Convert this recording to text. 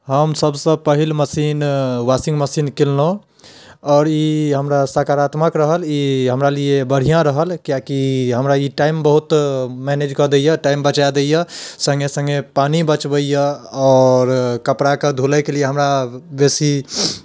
हम सभसँ पहिल मशीन वाशिंग मशीन किनलहुँ आओर ई हमरा सकारात्मक रहल ई हमरा लिए बढ़िआँ रहल किएक कि हमरा ई टाइम बहुत मैनेज कऽ दैये टाइम बचा दैये सङ्ग सङ्ग पानि बचबैये आओर कपड़ाके धुलैके लिये हमरा बेसी